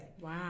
Wow